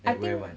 I think